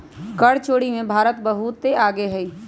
कर चोरी में भारत बहुत आगे हई